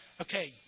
Okay